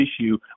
issue